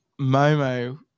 Momo